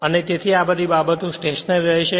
અને તેથી આ બધી બાબતો સ્ટેશનરી રહેશે